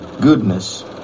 goodness